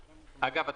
אגב,